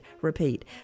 Repeat